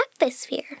atmosphere